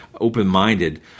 open-minded